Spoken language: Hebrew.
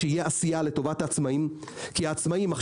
שתהיה עשייה לטובת העצמאיים כי העצמאיים,